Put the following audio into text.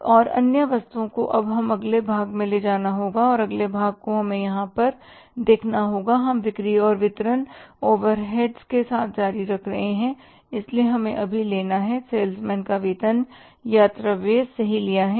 और अन्य वस्तुओं को अब हमें अगले भाग में ले जाना होगा और अगले भाग को हमें यहाँ पर देखना होगा हम बिक्री और वितरण ओवरहेड Selling Distribution overheads के साथ जारी रख रहे हैं इसलिए हमें अभी लेना है सेल्समैन का वेतन यात्रा व्यय सही लिया है